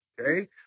okay